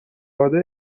داده